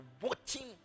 watching